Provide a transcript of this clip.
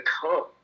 come